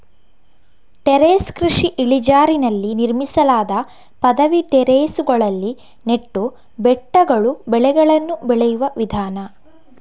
terrace ಕೃಷಿ ಇಳಿಜಾರಿನಲ್ಲಿ ನಿರ್ಮಿಸಲಾದ ಪದವಿ ಟೆರೇಸುಗಳಲ್ಲಿ ನೆಟ್ಟು ಬೆಟ್ಟಗಳು ಬೆಳೆಗಳನ್ನು ಬೆಳೆಯುವ ವಿಧಾನ